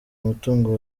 umutungo